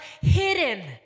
Hidden